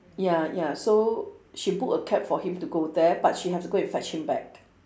ya ya so she book a cab for him to go there but she have to go and fetch him back